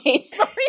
sorry